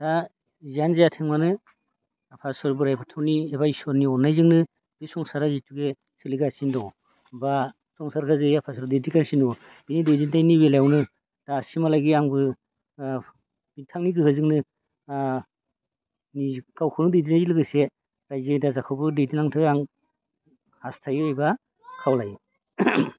दा जियानो जाथों मानो आफा इसोर बोराइ बाथौनि एबा इसोरनि अननायजोंनो बे संसारा जिथुके सोलिगासिनो दङ बा संसारखौ जि आफाया दैदेनगासिनो दङ बिनि दैदेननायनि बेलायावनो दासिमहालागि आंबो बिथांनि गोहोजोंनो गावखौनो दैदेननायजों लोगोसे रायजो राजाखौबो दैदेनलांथों आं हास्थायो एबा खावलायो